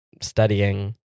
studying